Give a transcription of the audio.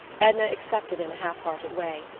edna accepted in a half-hearted way.